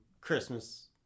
christmas